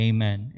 Amen